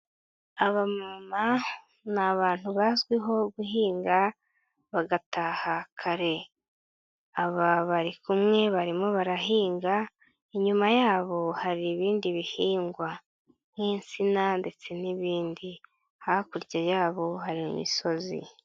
Abamama ni abantu bazwiho guhinga bagataha kare. Aba bari kumwe barimo barahinga, inyuma yabo hari ibindi bihingwa nk'insina ndetse n'ibindi. Hakurya yabo hari imisozi.